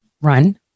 run